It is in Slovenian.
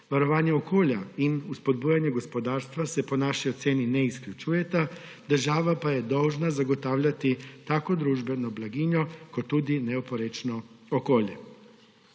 Varovanje okolja in vzpodbujanje gospodarstva se po naši oceni ne izključujeta, država pa je dolžna zagotavljati tako družbeno blaginjo kot tudi neoporečno okolje.